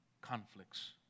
Conflicts